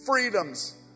freedoms